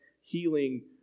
healing